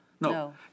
no